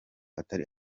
atari